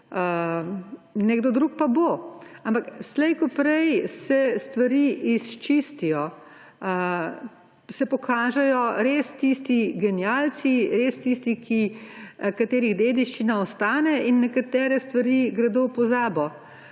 nekdo drug pa bo. Ampak slej ko prej se stvari izčistijo, se pokažejo res tisti genialci, res tisti, katerih dediščina ostane, in nekatere stvari gredo v pozabo.